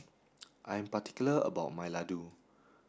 I am particular about my Ladoo